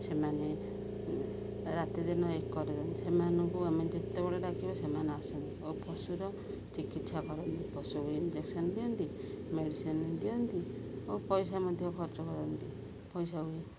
ସେମାନେ ରାତି ଦିନ ଏକରେ ଦିନ ସେମାନଙ୍କୁ ଆମେ ଯେତେବେଳେ ଡାକିବ ସେମାନେ ଆସନ୍ତିୁ ଓ ପଶୁର ଚିକିତ୍ସା କରନ୍ତି ପଶୁକୁ ଇଞ୍ଜେକ୍ସନ୍ ଦିଅନ୍ତି ମେଡ଼ିସିନ୍ ଦିଅନ୍ତି ଓ ପଇସା ମଧ୍ୟ ଖର୍ଚ୍ଚ କରନ୍ତି ପଇସା ହୁଏ